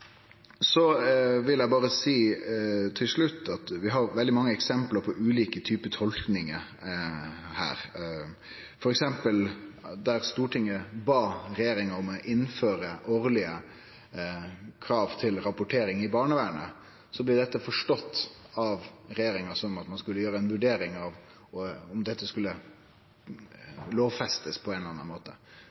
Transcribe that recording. vil eg seie at vi har veldig mange eksempel på ulike typar tolking her. Eit eksempel er at da Stortinget bad regjeringa innføre årlege krav til rapportering i barnevernet, blei det forstått av regjeringa som at ein skulle vurdere om dette skulle lovfestast på ein eller annan måte.